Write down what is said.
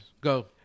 Go